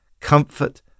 comfort